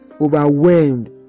overwhelmed